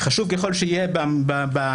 חשוב ככל שיהיה ביהדות,